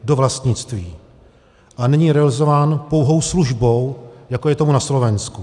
Do vlastnictví, a není realizován pouhou službou, jako je tomu na Slovensku?